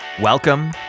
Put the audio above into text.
Welcome